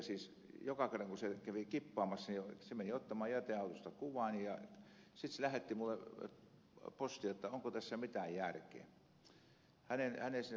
siis joka kerran kun se kävi kippaamassa meni ottamaan jäteautosta kuvan ja sitten lähetti minulle postia että onko tässä mitään järkeä